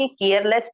careless